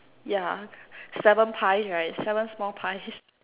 yeah seven pies right seven small pies